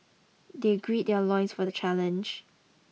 they gird their loins for the challenge